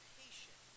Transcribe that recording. patient